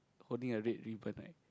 holding a red ribbon like